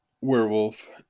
werewolf